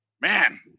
Man